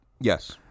Yes